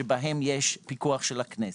שבהם פיקוח של הכנסת.